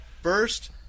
first